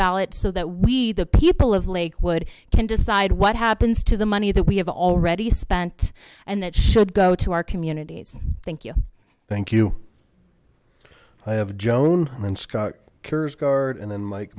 ballot so that we the people of lakewood can decide what happens to the money that we have already spent and that should go to our communities thank you thank you i have joan and